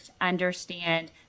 understand